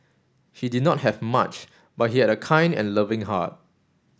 he did not have much but he had a kind and loving heart